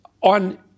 on